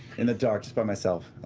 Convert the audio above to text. in the dark by myself.